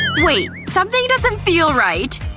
wait. something doesn't feel right,